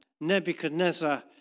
Nebuchadnezzar